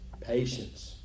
Patience